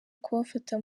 kubafata